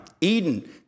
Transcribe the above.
Eden